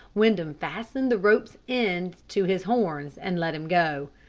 windham fastened the rope's end to his horns, and let him go.